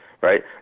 right